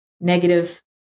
negative